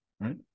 right